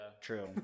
True